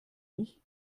nicht